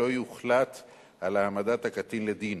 לא יוחלט על העמדת הקטין לדין,